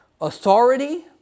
authority